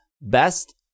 Best